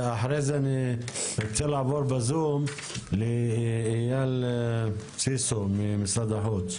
אחרי זה ארצה לעבור בזום לאייל סיסו ממשרד החוץ.